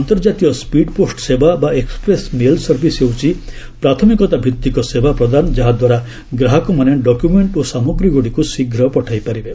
ଅନ୍ତର୍ଜାତୀୟ speed post ସେବା ବା ଏକ୍ପ୍ରେସ୍ ମେଲ୍ ସର୍ଭିସ୍ ହେଉଛି ପ୍ରାଥମିକତାଭିତ୍ତିକ ସେବା ପ୍ରଦାନ ଯାହାଦ୍ୱାରା ଗ୍ରାହକମାନେ ଡକ୍ମେଣ୍ଟ୍ ଓ ସାମଗ୍ରୀଗୁଡ଼ିକ ଶୀଘ୍ର ପଠାଇପାରିବେ